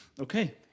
Okay